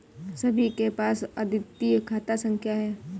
सभी के पास अद्वितीय खाता संख्या हैं